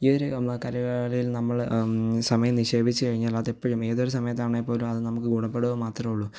ഈയൊരു അള്ളാഹ് കരയുവാണേലും നമ്മള് സമയം നിക്ഷേപിച്ചുകഴിഞ്ഞാല് അതെപ്പോഴും ഏതൊരു സമയത്താണേപ്പോലും അത് നമുക്ക് ഗുണപ്പെടുക മാത്രമേ ഉള്ളൂ